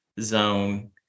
zone